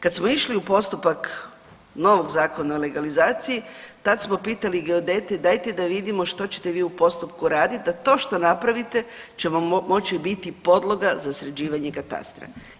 Kad smo išli u postupak novog Zakona o legalizaciji tad smo pitali geodete dajte da vidimo što ćete vi u postupku raditi da to što napravite će vam moći biti podloga za sređivanje katastra.